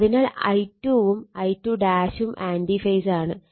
അതിനാൽ I2 വും I2 ഉം ആൻറി ഫേസ് ആണ്